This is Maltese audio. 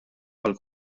għall